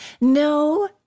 No